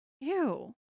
Ew